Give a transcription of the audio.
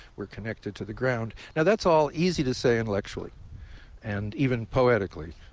we're connected to the ground. now that's all easy to say intellectually and even poetically.